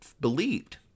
believed